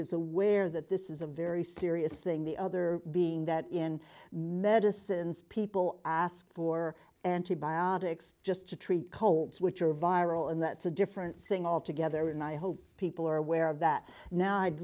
is aware that this is a very serious thing the other being that in netizens people ask for antibiotics just to treat colds which are viral and that's a different thing altogether and i hope people are aware of that now i'd